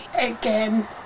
again